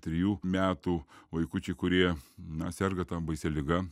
trijų metų vaikučiai kurie na serga ta baisia liga